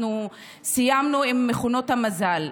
אנחנו סיימנו עם מכונות המזל.